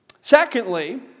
Secondly